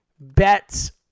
bets